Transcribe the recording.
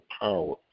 power